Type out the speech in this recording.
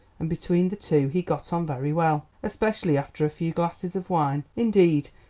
and between the two he got on very well, especially after a few glasses of wine. indeed,